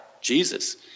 Jesus